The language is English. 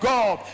God